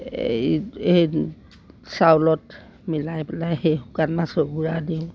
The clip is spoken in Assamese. এই এই চাউলত মিলাই পেলাই সেই শুকাত মাছৰ গুড়া দিওঁ